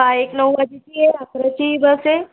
हां एक नऊ वाजायची आहे अकराची बस आहे